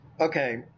okay